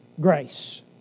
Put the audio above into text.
grace